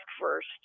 first